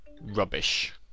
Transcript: rubbish